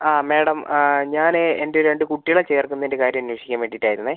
ആ മേഡം ഞാൻ എൻ്റെ രണ്ട് കുട്ടികളെ ചേർക്കുന്നതിന്റെ കാര്യം അന്വേഷിക്കാൻ വേണ്ടീട്ടായിരുന്നു